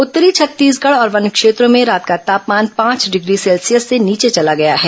उत्तरी छत्तीसगढ और वन क्षेत्रों में रात का तापमान पांच डिग्री सेल्सियस से नीचे चला गया है